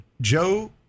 Joe